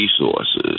resources